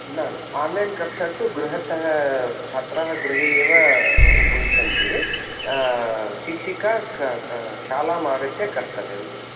न न आन्लैन् कक्षा तु गृहत छात्रा गृहे एव उपविशन्ति शिक्षिका शालाम् आगत्य कर्तव्यं भवति